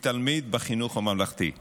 אדוני היושב-ראש, חברות וחבריי כנסת נכבדים,